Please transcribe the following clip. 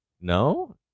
No